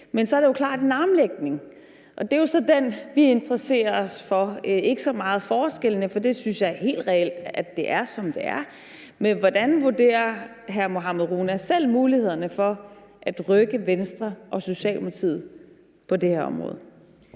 Men så er der jo klart en armlægning. Det er så den, vi interesserer os for. Det er ikke så meget forskellene, for jeg synes, det er helt reelt, at det er, som det er. Men hvordan vurderer hr. Mohammad Rona selv mulighederne for at rykke Venstre og Socialdemokratiet på det her område?